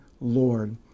Lord